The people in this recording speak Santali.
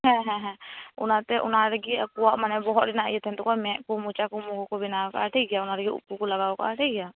ᱦᱮᱸ ᱦᱮᱸ ᱦᱮᱸ ᱚᱱᱟᱛᱮ ᱚᱱᱟᱨᱮᱜᱮ ᱟᱠᱚᱣᱟᱜ ᱢᱟᱱᱮ ᱵᱚᱦᱚᱜ ᱨᱮᱱᱟᱜ ᱤᱭᱟ ᱛᱟᱦᱮᱱ ᱛᱟᱠᱚᱣᱟ ᱢᱮᱫ ᱠᱚ ᱢᱚᱪᱟ ᱠᱚ ᱢᱩ ᱠᱚ ᱵᱮᱱᱟᱣ ᱠᱟᱜᱼᱟ ᱴᱷᱤᱠᱜᱮᱭᱟ ᱚᱱᱟᱨᱮᱜᱮ ᱩᱵᱽ ᱠᱚᱠᱚ ᱞᱟᱜᱟᱣ ᱠᱟᱜᱼᱟ ᱴᱷᱤᱠᱜᱮᱭᱟ